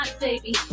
baby